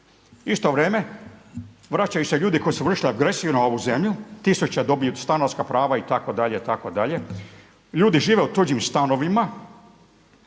isto vrijeme vraćaju se ljudi koji su vršili agresiju na ovu zemlju, tisuće dobiju stanarska prava itd. itd., ljudi žive u tuđim stanovima